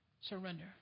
surrender